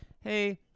hey